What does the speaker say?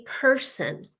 person